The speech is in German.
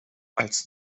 als